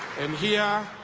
and here,